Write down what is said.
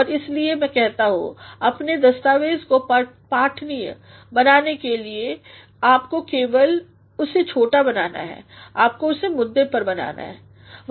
और इसलिए मै कहता हूँ अपने दस्तावेज़ को पठनीय बनाने के लिएआपको केवल उसे छोटा बनाना है आपको उसे मुद्दे पर बनाना है